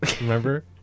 remember